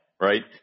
Right